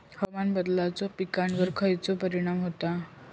हवामान बदलाचो पिकावर खयचो परिणाम होता?